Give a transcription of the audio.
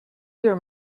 your